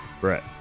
Brett